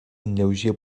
lleuger